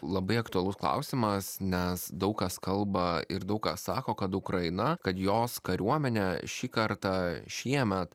labai aktualus klausimas nes daug kas kalba ir daug kas sako kad ukraina kad jos kariuomenė šį kartą šiemet